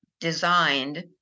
designed